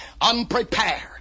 Unprepared